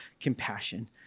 compassion